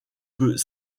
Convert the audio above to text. peut